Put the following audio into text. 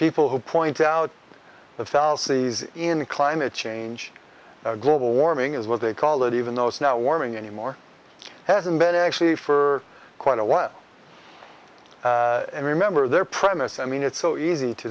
people who point out of thousands in climate change global warming is what they call it even though it's not warming anymore hasn't been actually for quite a while and remember their premises i mean it's so easy to